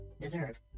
deserve